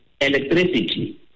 electricity